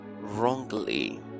wrongly